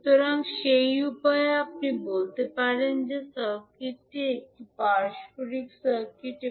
সুতরাং সেই উপায়ে আপনি বলতে পারেন যে সার্কিটটি একটি পারস্পরিক সার্কিট